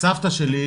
וסבתא שלי,